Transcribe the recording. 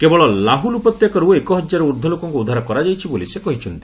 କେବଳ ଲାହୁଲ ଉପତ୍ୟକାରୁ ଏକହଜାରରୁ ଉର୍ଦ୍ଧ ଲୋକଙ୍କୁ ଉଦ୍ଧାର କରାଯାଇଛି ବୋଲି ସେ କହିଛନ୍ତି